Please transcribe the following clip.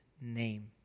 name